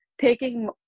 taking